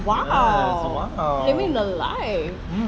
!wow! living the life